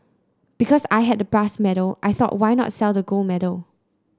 because I had the brass medal I thought why not sell the gold medal